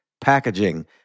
packaging